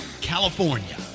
California